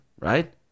right